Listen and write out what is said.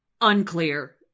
Unclear